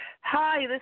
Hi